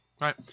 Right